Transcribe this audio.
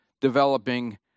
developing